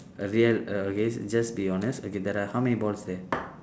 err real err okay just be honest okay there are how many balls there